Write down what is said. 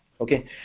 Okay